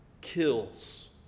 kills